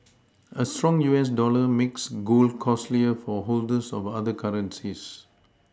a strong U S dollar makes gold costlier for holders of other currencies